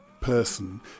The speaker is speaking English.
person